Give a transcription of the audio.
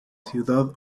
ciudad